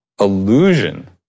illusion